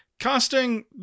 Casting